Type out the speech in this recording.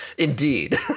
Indeed